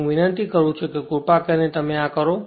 હું વિનંતી કરું છું કૃપા કરીને આ કરો